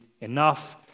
enough